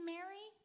Mary